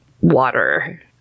water